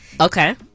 Okay